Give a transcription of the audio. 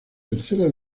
tercera